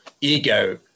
ego